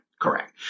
Correct